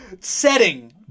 setting